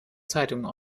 zeitung